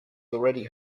already